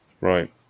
Right